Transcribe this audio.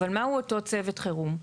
מה הוא אותו צוות חירום?